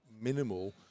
minimal